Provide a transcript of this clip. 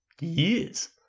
years